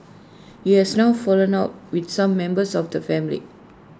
he has now fallen out with some members of the family